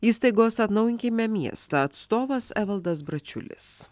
įstaigos atnaujinkime miestą atstovas evaldas bračiulis